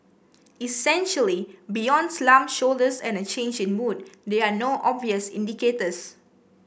essentially beyond slumped shoulders and a change in mood there are no obvious indicators